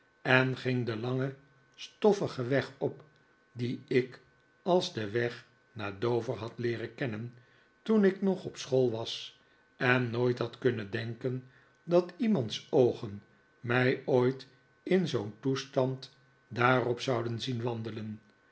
en ging den langen stoffigen weg op dien ik als den weg naar dover had leeren kennen toen ik nog op school was en nooit had kunnen denken dat iemands oogen mij ooit in zoo'n toestand daarop zouden zien wandelen